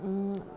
hmm